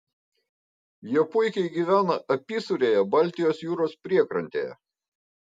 jie puikiai gyvena apysūrėje baltijos jūros priekrantėje